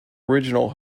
original